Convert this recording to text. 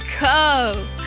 go